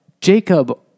Jacob